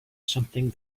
something